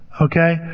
Okay